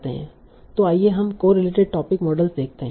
तो आइए हम कोरिलेटेड टोपिक मॉडल देखते हैं